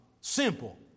Simple